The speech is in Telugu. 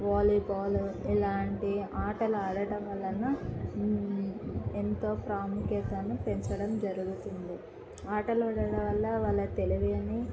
వాలీబాల్ ఇలాంటి ఆటలు ఆడటం వలన ఎంతో ప్రాముఖ్యతను పెంచడం జరుగుతుంది ఆటలు ఆడడం వల్ల వాళ్ళ తెలివిని